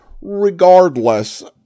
Regardless